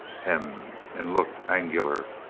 hem! and looked angular.